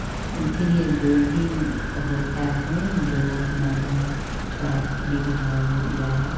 इसीलिए जो भी होता है जो हमारे यहाँ स्वास्थ्य विभाग या